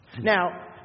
Now